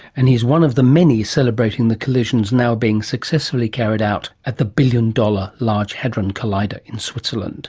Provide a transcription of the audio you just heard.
and he's one of the many celebrating the collisions now being successfully carried out at the billion-dollar large hadron collider in switzerland